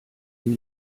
die